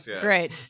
great